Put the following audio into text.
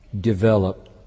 develop